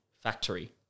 factory